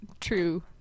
true